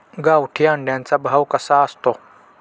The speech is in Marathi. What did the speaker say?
गावठी अंड्याचा भाव कसा असतो?